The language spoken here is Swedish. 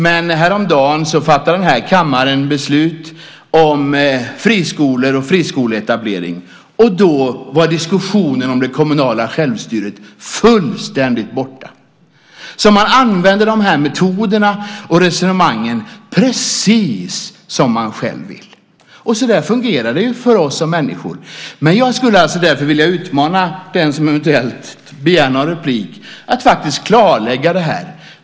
Men häromdagen fattade den här kammaren beslut om friskolor och friskoleetablering, och då var diskussionen om det kommunala självstyret fullständigt borta. Man använder alltså de här metoderna och resonemangen precis som man själv vill, och så fungerar det för oss som människor. Men jag skulle därför vilja utmana den som eventuellt begär någon replik att faktiskt klarlägga det här.